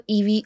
EV